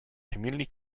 community